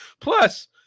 Plus